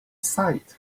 sight